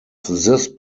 this